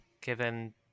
given